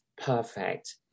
perfect